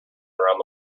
around